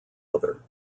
other